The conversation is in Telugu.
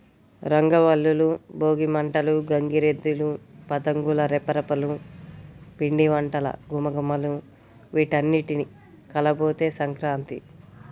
రంగవల్లులు, భోగి మంటలు, గంగిరెద్దులు, పతంగుల రెపరెపలు, పిండివంటల ఘుమఘుమలు వీటన్నింటి కలబోతే సంక్రాంతి